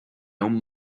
own